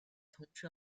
通车